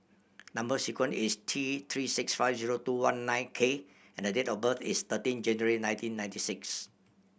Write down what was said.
number sequence is T Three six five zero two one nine K and date of birth is thirteen January nineteen ninety six